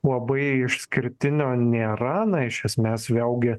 labai išskirtinio nėra na iš esmės vėlgi